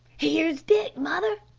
here's dick, mother!